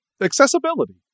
Accessibility